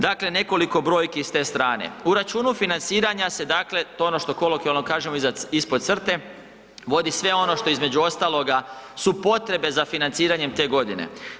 Dakle, nekoliko brojki s te strane u računu financiranja se dakle ono što kolokvijalno kažemo ispod crte, vodi sve ono što između ostaloga su potrebe za financiranjem te godine.